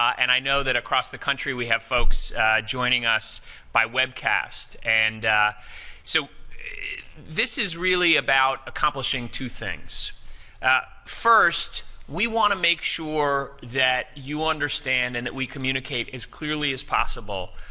and i know that across the country, we have folks joining us by webcast, and so this is really about accomplishing two things first, we want to make sure that you understand, and that we communicate as clearly as possible,